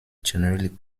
generally